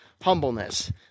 humbleness